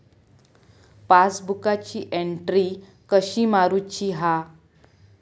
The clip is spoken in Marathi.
पासबुकाची एन्ट्री कशी मारुची हा?